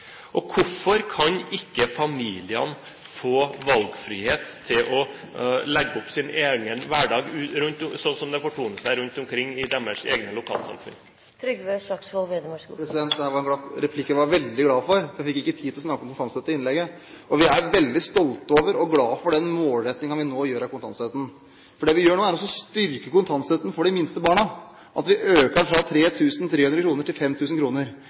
Og hvorfor kan ikke familiene få valgfrihet til å legge opp sin egen hverdag sånn som den fortoner seg rundt omkring i deres egne lokalsamfunn? Dette var en replikk jeg er veldig glad for – jeg fikk ikke tid til å snakke om kontantstøtte i innlegget. Vi er veldig stolte over og glad for den målrettingen vi nå gjør av kontantstøtten. Det vi gjør nå, er å styrke kontantstøtten for de minste barna. Vi øker den fra 3 300 kr til